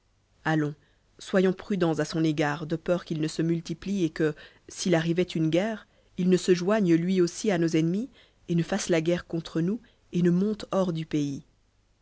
allons soyons prudents à son égard de peur qu'il ne se multiplie et que s'il arrivait une guerre il ne se joigne lui aussi à nos ennemis et ne fasse la guerre contre nous et ne monte hors du pays